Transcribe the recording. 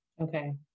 Okay